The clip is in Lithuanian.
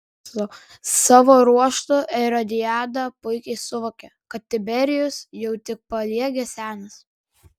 savo ruožtu erodiada puikiai suvokia kad tiberijus jau tik paliegęs senis